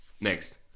Next